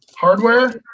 Hardware